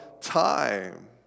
time